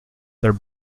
their